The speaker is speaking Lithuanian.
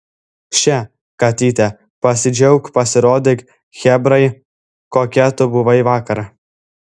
še katyte pasidžiauk pasirodyk chebrai kokia tu buvai vakar